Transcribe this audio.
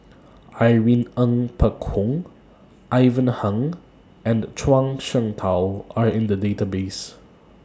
Irene Ng Phek Hoong Ivan Heng and Zhuang Shengtao Are in The Database